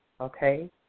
okay